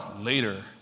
later